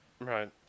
right